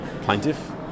Plaintiff